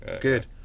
good